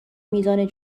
میزان